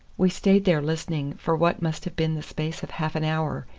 we stayed there listening for what must have been the space of half an hour,